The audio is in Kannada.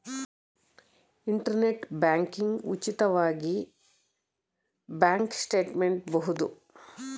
ಇಂಟರ್ನೆಟ್ ಬ್ಯಾಂಕಿಂಗ್ ಉಚಿತವಾಗಿ ಬ್ಯಾಂಕ್ ಸ್ಟೇಟ್ಮೆಂಟ್ ಬಹುದು